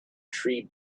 tree